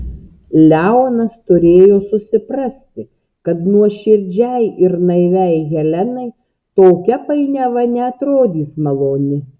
leonas turėjo susiprasti kad nuoširdžiai ir naiviai helenai tokia painiava neatrodys maloni